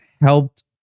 helped